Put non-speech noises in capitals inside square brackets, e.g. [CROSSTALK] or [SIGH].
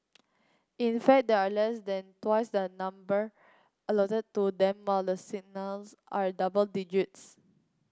in fact they are less than twice the number allotted to them while the [UNINTELLIGIBLE] are double digits